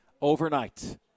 Overnight